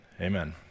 amen